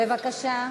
בבקשה.